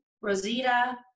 Rosita